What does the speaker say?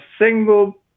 single